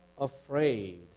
afraid